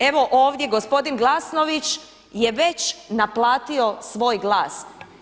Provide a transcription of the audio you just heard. Evo ovdje gospodin Glasnović je već naplatio svoj glas.